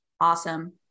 Awesome